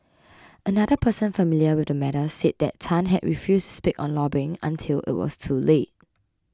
another person familiar with the matter said that Tan had refused to spend on lobbying until it was too late